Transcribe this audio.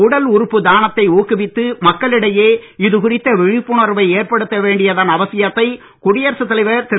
உடல் உறுப்பு தானத்தை ஊக்குவித்து மக்களிடையே இது குறித்த விழிப்புணர்வை ஏற்படுத்த வேண்டியதன் அவசியத்தை குடியரசுத் தலைவர் திரு